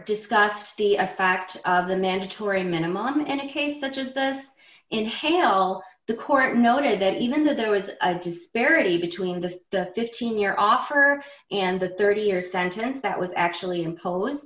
discuss the a fact of the mandatory minimum in a case such as this inhale the court noted that even though there was a disparity between the the fifteen year offer and the thirty year sentence that was actually i